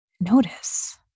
notice